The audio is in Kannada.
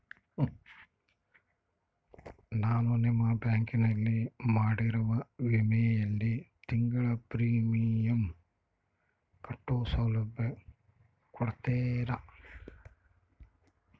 ನಾನು ನಿಮ್ಮ ಬ್ಯಾಂಕಿನಲ್ಲಿ ಮಾಡಿರೋ ವಿಮೆಯಲ್ಲಿ ತಿಂಗಳ ಪ್ರೇಮಿಯಂ ಕಟ್ಟೋ ಸೌಲಭ್ಯ ಕೊಡ್ತೇರಾ?